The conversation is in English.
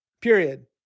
period